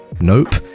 nope